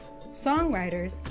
songwriters